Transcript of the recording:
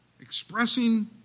expressing